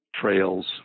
trails